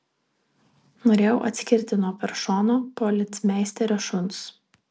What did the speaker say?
norėjau atskirti nuo peršono policmeisterio šuns